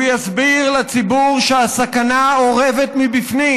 הוא יסביר לציבור שהסכנה אורבת מבפנים,